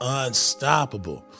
unstoppable